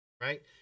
right